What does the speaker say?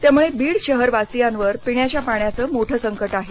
त्यामुळे बीड शहरवासियांवर पिण्याच्या पाण्याचं मोठ संकट आहे